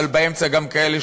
אבל באמצע גם כאלה,